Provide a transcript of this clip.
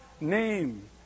name